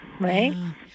right